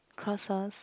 crosses